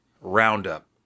roundup